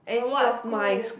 what school